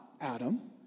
Adam